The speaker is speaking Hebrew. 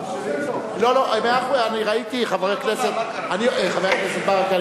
חבר הכנסת ברכה,